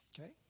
Okay